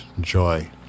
joy